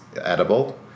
edible